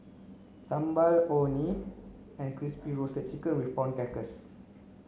sambal orh nee and crispy roasted chicken with prawn crackers